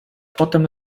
potem